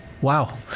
Wow